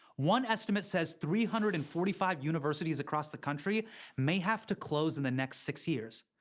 one estimate says three hundred and forty five universities across the country may have to close in the next six years.